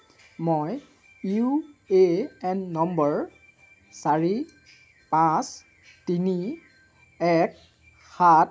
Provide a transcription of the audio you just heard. মই U A N নম্বৰ চাৰি পাঁচ তিনি এক